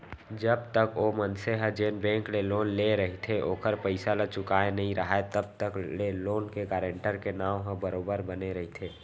जब तक ओ मनसे ह जेन बेंक ले लोन लेय रहिथे ओखर पइसा ल चुकाय नइ राहय तब तक ले लोन के गारेंटर के नांव ह बरोबर बने रहिथे